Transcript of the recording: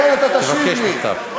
תבקש בכתב.